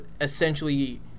essentially